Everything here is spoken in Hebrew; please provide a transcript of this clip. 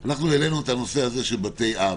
העלינו את הנושא הזה של בתי אב,